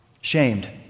shamed